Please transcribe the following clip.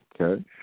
okay